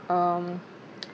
um